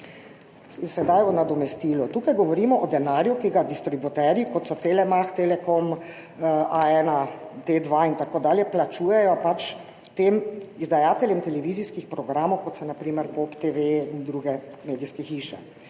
sedaj o nadomestilu. Tukaj govorimo o denarju, ki ga distributerji, kot so Telemach, Telekom, A1, T-2 in tako dalje, plačujejo tem izdajateljem televizijskih programov, kot so na primer POP TV in druge medijske hiše.